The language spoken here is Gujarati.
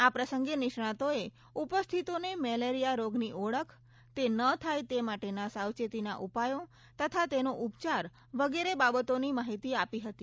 આ પ્રસંગે નિષ્ણાંતોએ ઉપસ્થિતોને મેલેરીયા રોગની ઓળખ તે ન થાય તે માટેના સાવચેતીના ઉપાયો તથા તેનો ઉપચાર વગેરે બાબતોને માહિતી આપી હતી